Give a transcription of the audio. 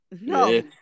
no